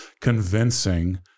convincing